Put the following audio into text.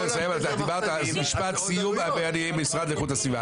משפט סיום, משרד איכות הסביבה.